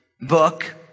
book